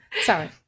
Sorry